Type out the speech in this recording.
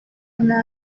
una